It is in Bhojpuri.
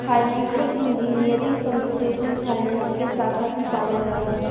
फाइनेंसियल इंजीनियरिंग कंप्यूटेशनल फाइनेंस के साखा भी पावल जाला